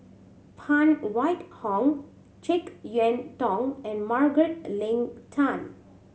Phan Wait Hong Jek Yeun Thong and Margaret Leng Tan